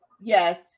Yes